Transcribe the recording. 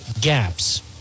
gaps